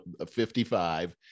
55